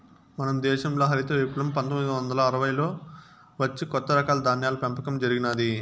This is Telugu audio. మన దేశంల హరిత విప్లవం పందొమ్మిది వందల అరవైలలో వచ్చి కొత్త రకాల ధాన్యాల పెంపకం జరిగినాది